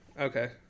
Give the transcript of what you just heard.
okay